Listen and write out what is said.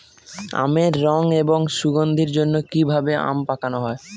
আমের রং এবং সুগন্ধির জন্য কি ভাবে আম পাকানো হয়?